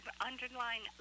Underline